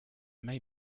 may